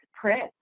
print